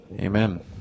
Amen